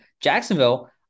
Jacksonville